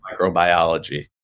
microbiology